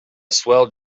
swell